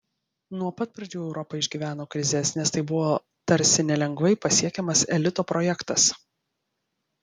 nuo pat pradžių europa išgyveno krizes nes tai buvo tarsi nelengvai pasiekiamas elito projektas